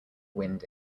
wind